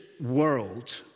world